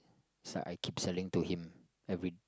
so I keep selling to him every